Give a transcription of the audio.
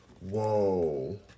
whoa